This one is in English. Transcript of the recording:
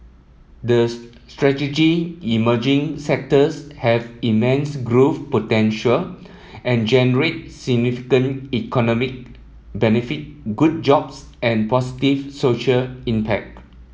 the strategic emerging sectors have immense growth potential and generate significant economic benefit good jobs and positive social impact